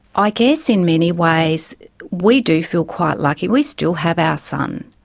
i guess in many ways we do feel quite lucky we still have our son.